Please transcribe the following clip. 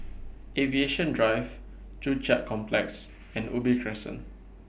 Aviation Drive Joo Chiat Complex and Ubi Crescent